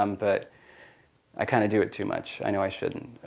um but i kind of do it too much. i know i shouldn't,